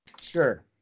Sure